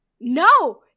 no